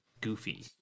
Goofy